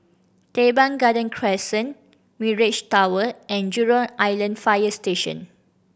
Teban Garden Crescent Mirage Tower and Jurong Island Fire Station